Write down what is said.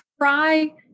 try